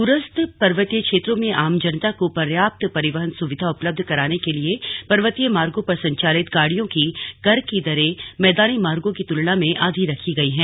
द्रस्थ पर्वतीय क्षेत्रों में आम जनता को पर्याप्त परिवहन सुविधा उपलब्ध कराने के लिए पर्वतीय मार्गों पर संचालित गाड़ियों की कर की दरें मैदानी मार्गों की तुलना में आधी रखी गई है